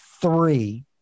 three